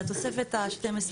זה התוספת השתים עשרה.